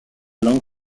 langue